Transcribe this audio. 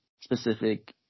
specific